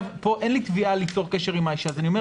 אין לי כאן תביעה ליצור קשר עם האישה ולכן אני אומר